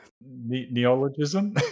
neologism